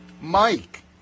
Mike